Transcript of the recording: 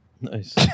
Nice